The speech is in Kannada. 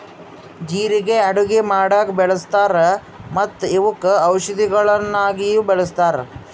ಜೀರಿಗೆ ಅಡುಗಿ ಮಾಡಾಗ್ ಬಳ್ಸತಾರ್ ಮತ್ತ ಇವುಕ್ ಔಷದಿಗೊಳಾಗಿನು ಬಳಸ್ತಾರ್